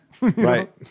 Right